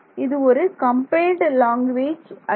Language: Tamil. இது ஒரு கம்பைல்டு லாங்குவேஜ் அல்ல